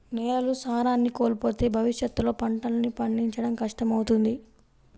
నేలలు సారాన్ని కోల్పోతే భవిష్యత్తులో పంటల్ని పండించడం కష్టమవుతుంది